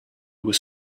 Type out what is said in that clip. was